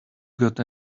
got